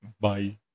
bye